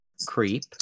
Creep